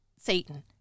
Satan